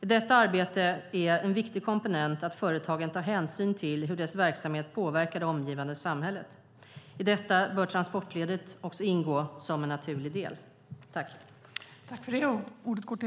I detta arbete är en viktig komponent att företagen tar hänsyn till hur dess verksamhet påverkar det omgivande samhället. I detta bör transportledet ingå som en naturlig del.